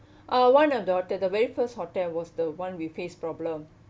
uh one of the hotel the very first hotel was the one with we faced problem